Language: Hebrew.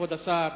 כבוד השר,